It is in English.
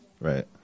Right